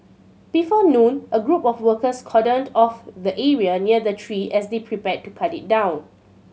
before noon a group of workers cordoned off the area near the tree as they prepared to cut it down